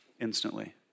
instantly